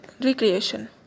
recreation